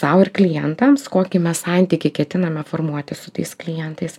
sau ir klientams kokį mes santykį ketiname formuoti su tais klientais